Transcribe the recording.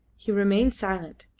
he remained silent,